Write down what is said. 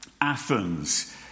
Athens